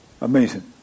Amazing